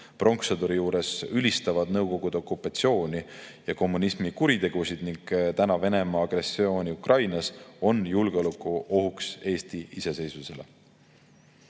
Pronkssõduri juures ülistavad nõukogude okupatsiooni ja kommunismikuritegusid ning täna Venemaa agressiooni Ukrainas, on julgeolekuohuks Eesti iseseisvusele?"